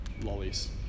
Lollies